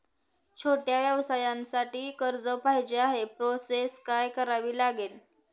छोट्या व्यवसायासाठी कर्ज पाहिजे आहे प्रोसेस काय करावी लागेल?